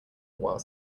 while